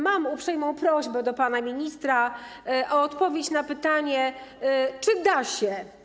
Mam uprzejmą prośbę do pana ministra o odpowiedź na pytanie, czy da się.